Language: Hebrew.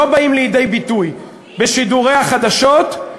לא באות לידי ביטוי, בשידורי החדשות,